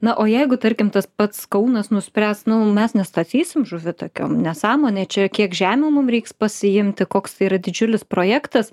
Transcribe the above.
na o jeigu tarkim tas pats kaunas nuspręs nu mes nestatysim žuvitakio nesąmonė čia kiek žemių mum reiks pasiimti koks tai yra didžiulis projektas